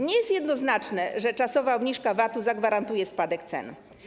Nie jest jednoznaczne, że czasowa obniżka VAT-u zagwarantuje spadek cen.